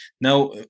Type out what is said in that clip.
Now